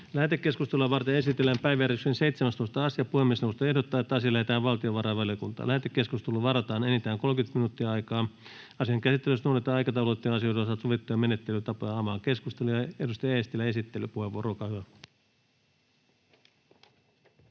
Lähetekeskustelua varten esitellään päiväjärjestyksen 17. asia. Puhemiesneuvosto ehdottaa, että asia lähetetään valtiovarainvaliokuntaan. Lähetekeskusteluun varataan enintään 30 minuuttia. Asian käsittelyssä noudatetaan aikataulutettujen asioiden osalta sovittuja menettelytapoja. — Avaan keskustelun. Edustaja Eestilä, esittelypuheenvuoro,